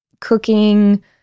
cooking